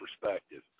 perspective